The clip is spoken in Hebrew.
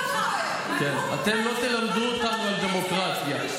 אתם לא תלמדו אותנו על דמוקרטיה.